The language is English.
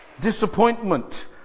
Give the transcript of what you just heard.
Disappointment